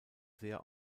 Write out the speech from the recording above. sehr